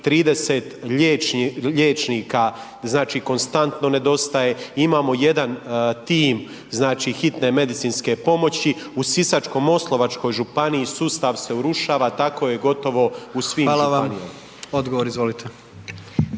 30 liječnika znači konstantno nedostaje, imamo jedan tim znači hitne medicinske pomoći u Sisačko-moslavačkoj županiji sustav se urušava, tako je gotovo u svim …/Upadica: Hvala vam/…županijama.